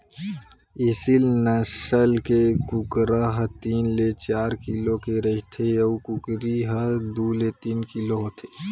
एसील नसल के कुकरा ह तीन ले चार किलो के रहिथे अउ कुकरी ह दू ले तीन किलो होथे